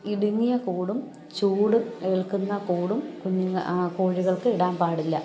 ഇടുങ്ങിയ കൂടും ചൂട് ഏൽക്കുന്ന കൂടും കോഴികൾക്ക് ഇടാൻ പാടില്ല